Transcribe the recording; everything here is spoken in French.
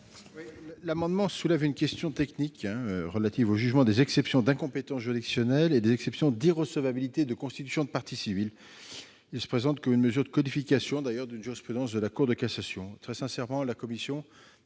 amendement tend à soulever une question technique relative au jugement des exceptions d'incompétence juridictionnelle et des exceptions d'irrecevabilité de constitution de partie civile. Ses dispositions se présentent comme une mesure de codification d'une jurisprudence de la Cour de cassation. Très sincèrement, la commission